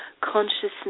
consciousness